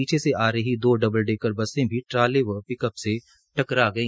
पीछे से आर दो डबल डेकर बसे भी ट्रोल व पिकअप से टकरा गई